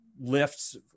lifts